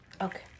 Okay